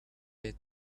had